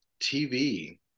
TV